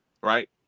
right